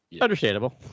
understandable